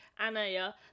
Anaya